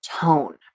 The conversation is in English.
tone